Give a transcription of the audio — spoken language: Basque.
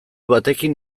batekin